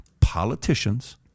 politicians